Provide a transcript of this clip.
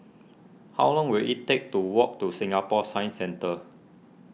how long will it take to walk to Singapore Science Centre